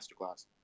Masterclass